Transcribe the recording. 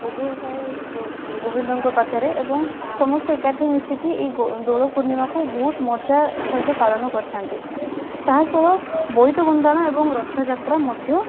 ଭୋଗ ହୋଇଥାଏ ଗୋବିନ୍ଦଙ୍କପାଖରେ ଏବଂ ସମସ୍ତେ ଏକାଠି ମିଶିକି ଏଇ ଦୋଳପୂର୍ଣ୍ଣିମାକୁ ବହୁତ ମଜା ସହିତ ପାଳନ କରିଥାନ୍ତି ତାସହ ବୋଇତ ବନ୍ଦାଣ ଏବଂ ରଥଯାତ୍ରା ମଧ୍ୟ